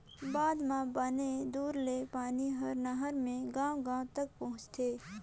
बांधा म बने दूरा ले पानी हर नहर मे गांव गांव तक पहुंचथे